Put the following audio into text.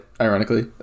ironically